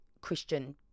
Christian